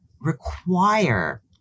require